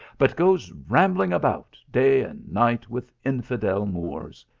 but goes rambling about, day and night, with infidel moors.